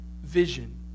vision